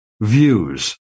views